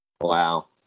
Wow